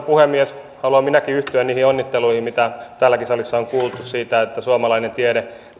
puhemies haluan minäkin yhtyä niihin onnitteluihin mitä täälläkin salissa on kuultu siitä että suomalainen tiedemies